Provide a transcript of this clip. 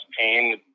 pain